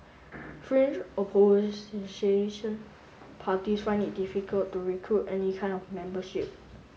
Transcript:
fringe parties find it difficult to recruit any kind of membership